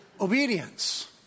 obedience